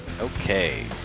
Okay